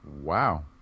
Wow